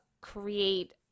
create